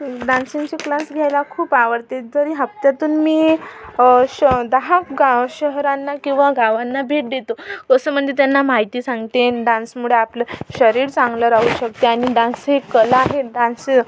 डान्सिंगचे class घ्यायला खूप आवडते जरी हप्त्यातून मी श दहा गाव शहरांना किंवा गावांना भेट देतो कसं म्हणजे त्यांना माहिती सांगतेन डान्समुळे आपलं शरीर चांगलं राहू शकते आणि डान्स ही कला आहे डान्स